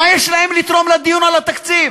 מה יש להם לתרום לדיון על התקציב,